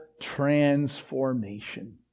transformation